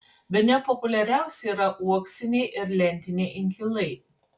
bene populiariausi yra uoksiniai ir lentiniai inkilai